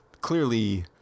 clearly